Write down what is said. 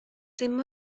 dim